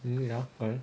need it ah but then